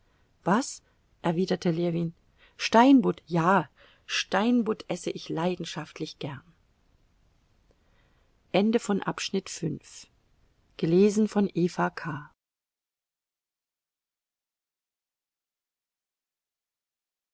was erwiderte ljewin steinbutt ja steinbutt esse ich leidenschaftlich gern